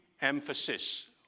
emphasis